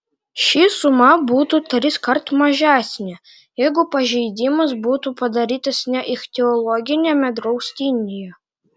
ši suma būtų triskart mažesnė jeigu pažeidimas būtų padarytas ne ichtiologiniame draustinyje